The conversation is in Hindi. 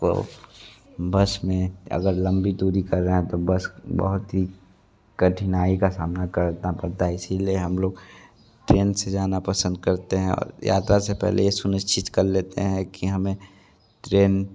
को बस में अगर लम्बी दूरी कर रहे हैं तो बस बहुत ही कठिनाई का सामना करना पड़ता है इसीलिए हम लोग ट्रेन से जाना पसंद करते हैं और यात्रा से पहले यह सुनिश्चित कर लेते हैं कि हमें ट्रेन